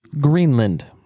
Greenland